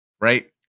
right